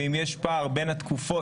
ואם יש פער בין התקופות,